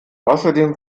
außerdem